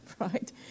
right